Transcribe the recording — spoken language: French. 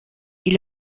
ils